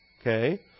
Okay